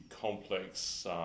complex